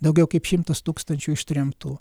daugiau kaip šimtas tūkstančių ištremtų